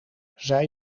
zij